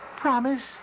Promise